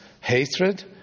hatred